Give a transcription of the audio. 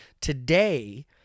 Today